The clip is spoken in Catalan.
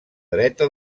dreta